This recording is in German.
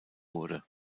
wurde